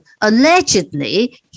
allegedly